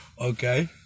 Okay